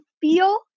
feel